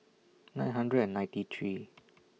nine hundred and ninety three